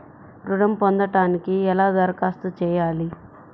ఋణం పొందటానికి ఎలా దరఖాస్తు చేయాలి?